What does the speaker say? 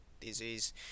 disease